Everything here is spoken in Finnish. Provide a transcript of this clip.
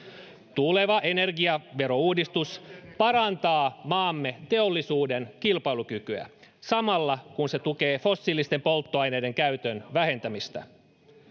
tuleva energiaverouudistus parantaa maamme teollisuuden kilpailukykyä samalla kun se tukee fossiilisten polttoaineiden käytön vähentämistä